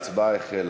ההצבעה החלה.